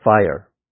fire